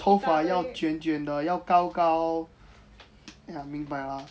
噢然后头发要卷卷的要高高哎呀明白啦